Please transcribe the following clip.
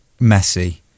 Messi